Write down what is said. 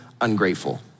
ungrateful